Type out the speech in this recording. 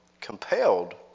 compelled